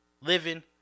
living